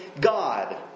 God